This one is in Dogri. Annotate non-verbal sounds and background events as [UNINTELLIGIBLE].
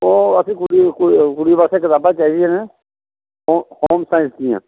ओह् असें [UNINTELLIGIBLE] कुड़ी बास्तै कताबां चाहिदियां न होम साईंस दियां